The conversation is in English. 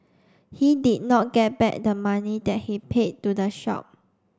he did not get back the money that he paid to the shop